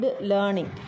learning